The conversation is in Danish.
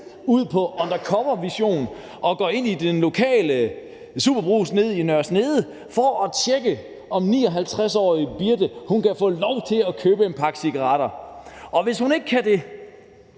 ud på en undercovermission og til at gå ind i den lokale brugs i Nørre Snede for at tjekke, om 59-årige Birte kan få lov til at købe en pakke cigaretter, og hvis hun kan det,